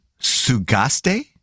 Sugaste